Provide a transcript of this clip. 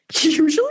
Usually